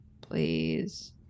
please